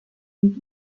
sieg